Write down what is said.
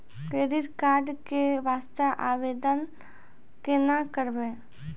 Credit card के वास्ते आवेदन केना करबै?